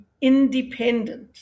independent